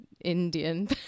Indian